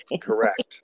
Correct